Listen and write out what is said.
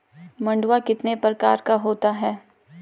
मंडुआ कितने प्रकार का होता है?